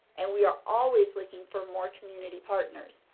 and we are always looking for more community partners.